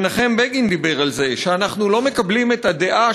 מנחם בגין דיבר על זה שאנחנו לא מקבלים את הדעה,